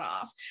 off